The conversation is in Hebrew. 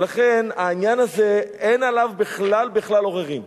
ולכן, העניין הזה, אין עליו בכלל בכלל עוררין.